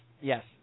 yes